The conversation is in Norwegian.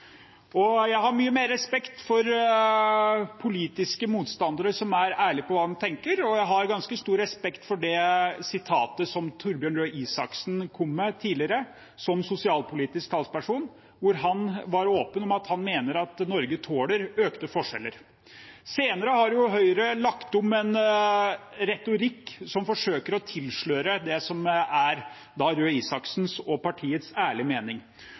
være. Jeg har mye mer respekt for politiske motstandere som er ærlige på hva de tenker, og jeg har ganske stor respekt for det sitatet jeg nevnte i stad, den uttalelsen som Torbjørn Røe Isaksen kom med tidligere som sosialpolitisk talsperson, hvor han var åpen om at han mener at Norge tåler økte forskjeller. Senere har Høyre lagt om til en retorikk som forsøker å tilsløre det som er Røe Isaksens og partiets ærlige mening.